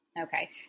Okay